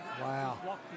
Wow